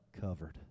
covered